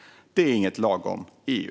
Det är inget lagom EU.